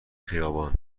خیابان